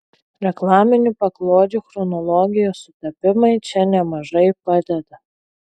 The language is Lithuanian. reklaminių paklodžių chronologijos sutapimai čia nemažai padeda